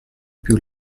più